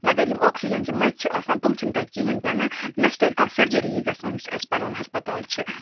مَگَر یِم آکسیٖجَن چہِ مَچہِ چھِ آسان تِم چھِنہٕ تَتہِ کِہیٖنٛۍ تہِ نہٕ نہَ چھِ تَتہِ کانٛہہ سرجریی گژھان یُس اَسہِ پنن ہَسپَتال چھِ